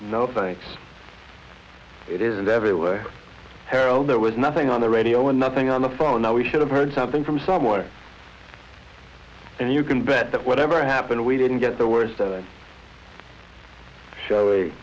no thanks it is everywhere carol there was nothing on the radio and nothing on the phone now we should have heard something from somewhere and you can bet that whatever happened we didn't get the words that show a